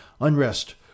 unrest